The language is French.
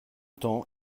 temps